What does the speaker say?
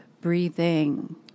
breathing